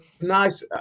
nice